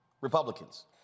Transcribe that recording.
Republicans